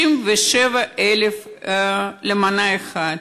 67,000 למנה אחת.